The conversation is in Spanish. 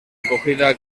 acogida